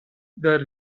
the